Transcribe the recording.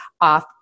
off